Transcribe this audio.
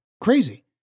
crazy